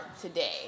today